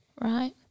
Right